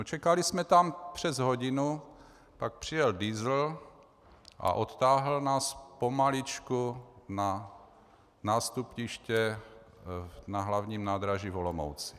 Čekali jsme tam přes hodinu, pak přijel diesel a odtáhl nás pomaličku na nástupiště na hlavním nádraží v Olomouci.